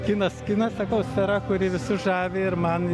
kinas kinas sakau sfera kuri visus žavi ir man